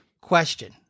question